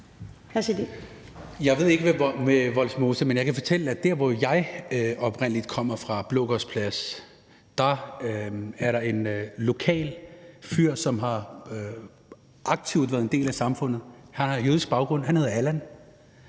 Jeg ved ikke, hvordan det er med Vollsmose, men jeg kan fortælle, at der, hvor jeg oprindelig kommer fra, Blågårds Plads, er der en lokal fyr, som har været en aktiv del af samfundet. Han har jødisk baggrund. Han hedder Allan.